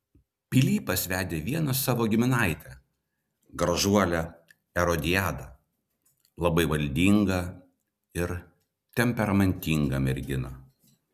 pilypas vedė vieną savo giminaitę gražuolę erodiadą labai valdingą ir temperamentingą merginą